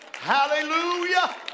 Hallelujah